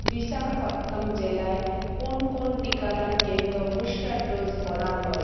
বিশাখাপত্তম জেলায় কোন কোন টিকাদান কেন্দ্র বুস্টার ডোজ প্রদান করে